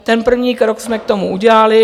Ten první krok jsme k tomu udělali.